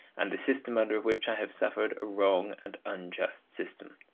and the system under which i have suffered a wrong and unjust system.